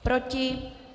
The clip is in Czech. Proti?